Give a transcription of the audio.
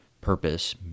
purpose